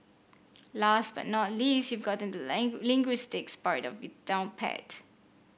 last but not least you've gotten the linguistics part of it down pat